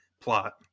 plot